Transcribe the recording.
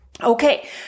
okay